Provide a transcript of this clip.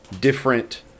different